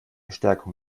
stärkung